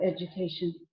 education